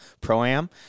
Pro-Am